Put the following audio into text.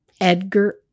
Edgar